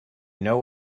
know